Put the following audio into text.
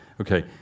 Okay